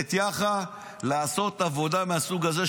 את יאח"ה לעשות עבודה מהסוג הזה,